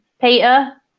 Peter